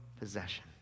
possession